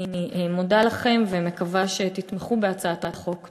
אני מודה לכם ואני מקווה שתתמכו בהצעת החוק.